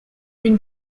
une